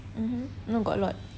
mmhmm no got a lot